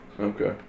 Okay